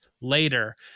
later